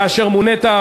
כאשר מונית,